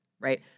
right